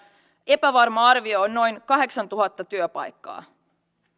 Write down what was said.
epävarma arvio on noin kahdeksantuhatta työpaikkaa